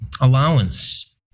allowance